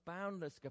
boundless